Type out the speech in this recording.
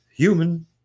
Human